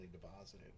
deposited